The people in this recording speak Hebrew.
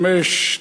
45),